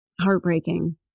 Heartbreaking